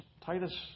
Titus